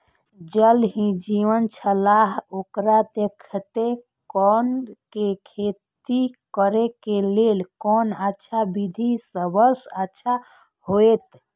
ज़ल ही जीवन छलाह ओकरा देखैत कोना के खेती करे के लेल कोन अच्छा विधि सबसँ अच्छा होयत?